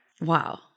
Wow